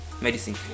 Medicine